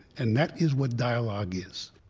and that is what dialogue is